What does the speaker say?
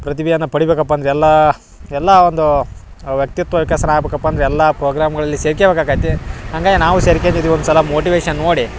ಪ್ರತಿಭೆಯನ್ನ ಪಡಿಬೇಕಪ್ಪಂದ್ರ ಎಲ್ಲಾ ಎಲ್ಲಾ ಒಂದು ವ್ಯಕ್ತಿತ್ವ ವಿಕಸನ ಆಗ್ಬೇಕಪ್ಪಂದ್ರ ಎಲ್ಲಾ ಪ್ರೋಗ್ರಾಮ್ಗಳಲ್ಲಿ ಹಂಗಾಗಿ ನಾವು ಸೇರ್ಕಂಡಿದ್ದೀವಿ ಒಂದ್ಸಲ ಮೋಟಿವೇಷನ್ ನೋಡಿ